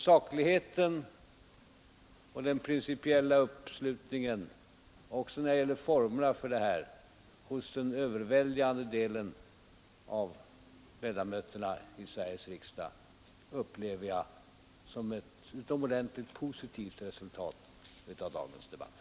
Sakligheten och den principiella uppslutningen, också när det gäller formerna för detta, hos den överväldigande delen av ledamöterna i Sveriges riksdag upplever jag som ett utomordentligt positivt resultat av dagens debatt.